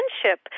friendship